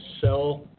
sell